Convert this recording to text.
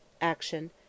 action